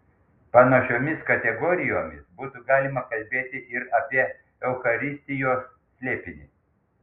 panašiomis kategorijomis būtų galima kalbėti ir apie eucharistijos slėpinį